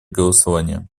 голосования